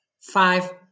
five